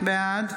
בעד